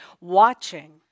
watching